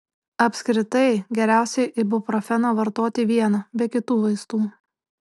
apskritai geriausiai ibuprofeną vartoti vieną be kitų vaistų